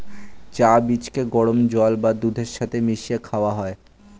চা বীজকে গরম জল বা দুধের সাথে মিশিয়ে খাওয়া হয়